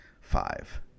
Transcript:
five